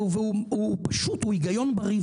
והוא היגיון בריא,